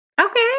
Okay